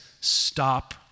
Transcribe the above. stop